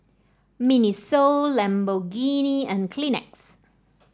Miniso Lamborghini and Kleenex